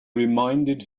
reminded